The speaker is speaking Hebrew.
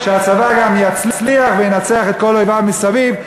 שהצבא גם יצליח וינצח את כל אויביו מסביב,